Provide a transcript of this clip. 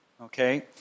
Okay